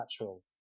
natural